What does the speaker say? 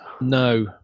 No